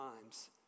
times